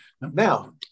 Now